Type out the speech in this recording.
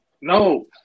no